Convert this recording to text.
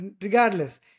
regardless